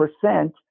percent